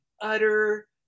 utter